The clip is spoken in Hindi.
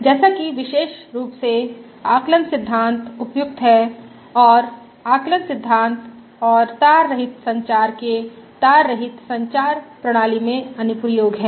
जैसा कि विशेष रूप से आकलन सिद्धांत उपयुक्त है और आकलन सिद्धांत और तार रहित संचार के तार रहित संचार प्रणाली में अनुप्रयोग है